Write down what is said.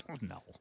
No